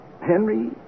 Henry